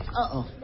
Uh-oh